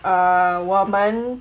err 我们